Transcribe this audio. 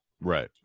right